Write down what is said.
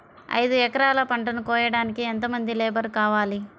ఐదు ఎకరాల పంటను కోయడానికి యెంత మంది లేబరు కావాలి?